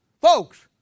folks